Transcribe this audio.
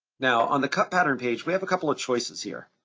now, on the cut pattern page, we have a couple of choices here.